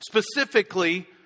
Specifically